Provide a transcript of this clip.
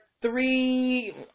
three